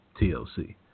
TLC